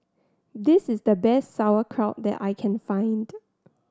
this is the best Sauerkraut that I can find